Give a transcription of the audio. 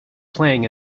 playing